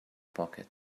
pocket